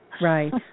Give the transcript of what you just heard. Right